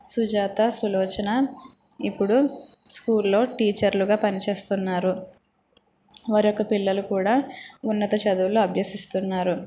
సుజాత సులోచన ఇప్పుడు స్కూల్ లో టీచర్ లుగా పనిచేస్తున్నారు వారి యొక్క పిల్లలు కూడా ఉన్నత చదువులు అభ్యసిస్తున్నారు